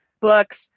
books